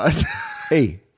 Hey